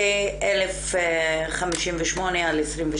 התש"ף-2020, פ/1058/2,